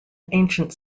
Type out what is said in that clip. ancient